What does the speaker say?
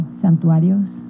santuarios